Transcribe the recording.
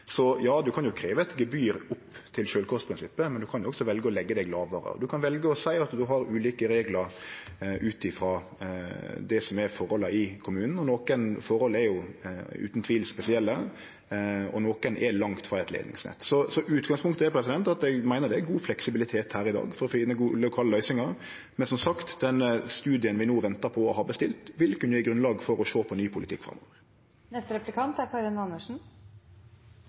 Så ja, ein kan krevje eit gebyr opptil sjølvkostprinsippet, men ein kan også velje å leggje seg lågare. Ein kan velje å seie at ein har ulike reglar ut frå det som er forholda i kommunen, og nokon forhold er utan tvil spesielle, og nokon er langt frå eit leidningsnett. Så utgangspunktet er at eg meiner det er god fleksibilitet i dag for å finne gode lokale løysingar, men som sagt, den studien vi no har bestilt og ventar på, vil kunne gje grunnlag for å sjå på ny politikk